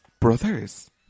brothers